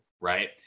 right